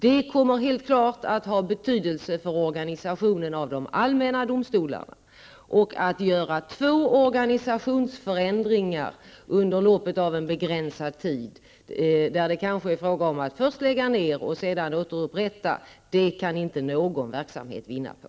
Det kommer helt klart att ha betydelse för organisationen av de allmänna domstolarna. Att göra två organisationsförändringar under loppet av en begränsad tid, där det kanske först blir fråga om att lägga ner och sedan återupprätta, kan inte någon verksamhet vinna på.